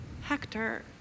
Hector